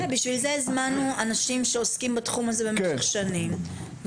בשביל זה הזמנו אנשים שעוסקים בתחום הזה במשך שנים,